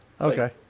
Okay